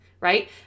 right